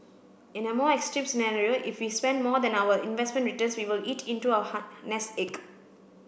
in a more extreme scenario if we spent more than our investment returns we will eat into our nest egg